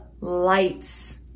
lights